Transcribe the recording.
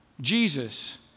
Jesus